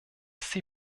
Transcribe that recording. sie